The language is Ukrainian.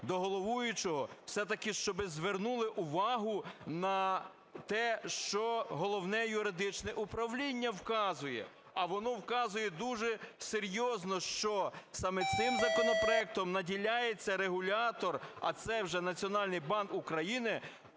до головуючого, все-таки щоб звернули увагу на те, що Головне юридичне управління вказує. А воно вказує дуже серйозно, що саме цим законопроектом наділяється регулятор, а це вже Національний банк України,